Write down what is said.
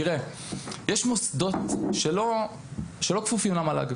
תראה, יש מוסדות שלא כפופים למל"ג.